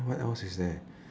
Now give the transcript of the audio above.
what else is there